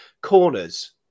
corners